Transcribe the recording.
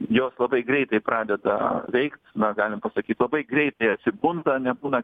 jos labai greitai pradeda veikt na galim pasakyt labai greitai atsibunda nebūna